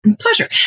pleasure